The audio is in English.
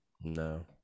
No